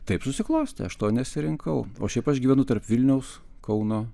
taip susiklostė aš to nesirinkau o šiaip aš gyvenu tarp vilniaus kauno